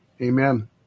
Amen